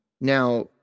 Now